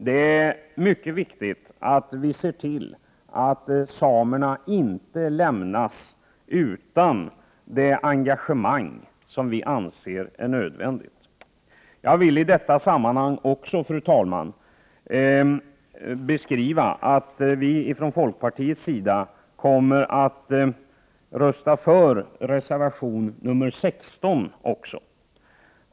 Det är mycket viktigt att vi ser till att samerna inte lämnas utan ett engagemang som vi anser är nödvändigt. Jag vill i detta sammanhang, fru talman, omtala att vi från folkpartiets sida också kommer att rösta för reservation nr 16.